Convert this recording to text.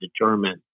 determine